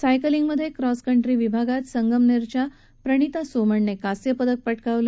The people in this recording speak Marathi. सायकलींगमधे क्रॉसकंट्री विभागात संगमनेरच्या प्रणिता सोमणने कांस्य पदक पटकावलं